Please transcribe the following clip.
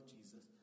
Jesus